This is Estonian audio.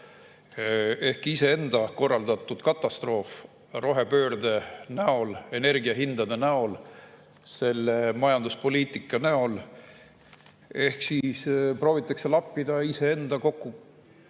on iseenda korraldatud katastroof rohepöörde näol, energiahindade näol, selle majanduspoliitika näol. Ehk siis proovitakse lappida iseenda